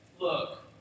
look